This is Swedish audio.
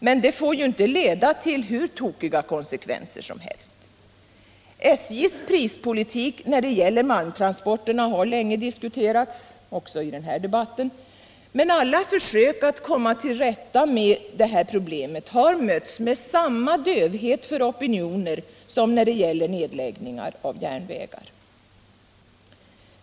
Men det får ju inte leda till hur tokiga konsekvenser som helst. SJ:s prispolitik när det gäller malmtransporterna har länge diskuterats — frågan har tagits upp också i den här debatten — men alla försök att komma till rätta med problemet har mötts med samma dövhet för opinioner som när det gäller nedläggningar av järnvägar.